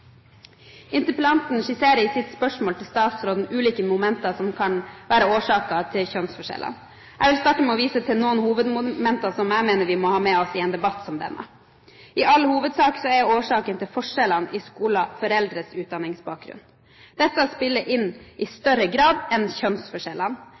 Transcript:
Interpellanten skisserer i sitt spørsmål til statsråden ulike momenter som kan være årsaken til kjønnsforskjellene. Jeg vil starte med å vise til noen hovedmomenter som jeg mener vi må ha med oss i en debatt som denne. I all hovedsak er årsaken til forskjellene i skolen foreldres utdanningsbakgrunn. Dette spiller inn i